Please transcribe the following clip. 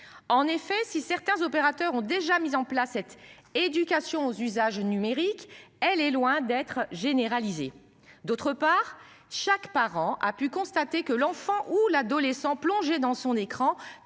En effet, si certains opérateurs ont déjà mis en place cette éducation aux usages numériques. Elle est loin d'être généralisée d'autre part, chaque parent a pu constater que l'enfant ou l'adolescent plongé dans son écran